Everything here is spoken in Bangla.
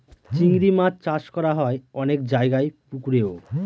চিংড়ি মাছ চাষ করা হয় অনেক জায়গায় পুকুরেও